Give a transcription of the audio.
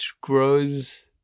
grows